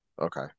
Okay